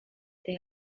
they